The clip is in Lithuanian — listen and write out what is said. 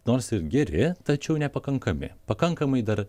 nors ir geri tačiau nepakankami pakankamai dar